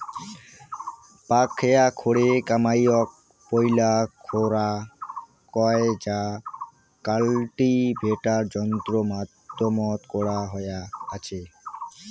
পাকখেয়া খোরে কামাইয়ক পৈলা খোরা কয় যা কাল্টিভেটার যন্ত্রর মাধ্যমত করা হয়া আচে